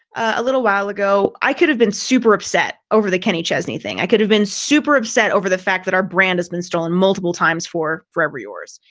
a little while ago, i could have been super upset over the kenny chesney thing, i could have been super upset over the fact that our brand has been stolen multiple times for forever yours,